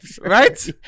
Right